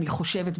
אני חושבת,